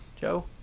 Joe